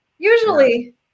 Usually